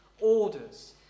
orders